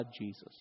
Jesus